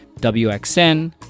WXN